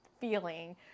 feeling